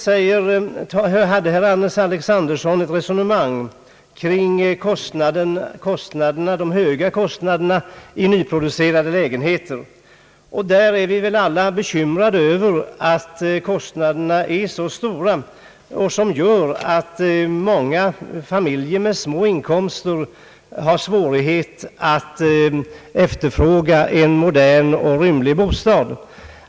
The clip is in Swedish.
Herr Alexanderson förde ett resonemang kring de höga kostnaderna för nyproducerade lägenheter. Vi är alla bekymrade över att kostnaderna är så höga att många familjer med små inkomster har svårigheter att efterfråga moderna och rymliga bostäder.